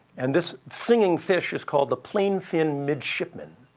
and this singing fish is called the plainfin midshipman.